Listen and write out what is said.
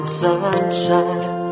sunshine